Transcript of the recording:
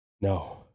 No